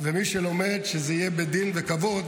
ומי שלומד, שזה יהיה בדין וכבוד.